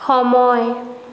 সময়